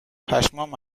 پشمام